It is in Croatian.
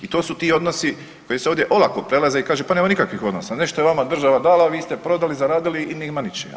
I to su ti odnosi koji se ovdje olako prelaze i kaže pa nema nikakvih odnosa, nešto je vama država dala, vi ste prodali, zaradili i nema ničega.